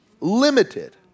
limited